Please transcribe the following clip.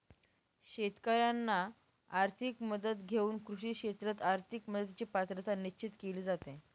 शेतकाऱ्यांना आर्थिक मदत देऊन कृषी क्षेत्रात आर्थिक मदतीची पात्रता निश्चित केली जाते